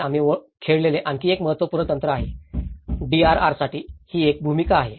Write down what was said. हे आम्ही खेळलेले आणखी एक महत्त्वपूर्ण तंत्र आहे डीआरआरसाठी ही एक भूमिका आहे